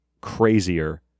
crazier